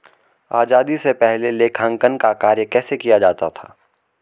आजादी से पहले लेखांकन का कार्य कैसे किया जाता था?